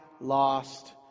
lost